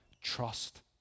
trust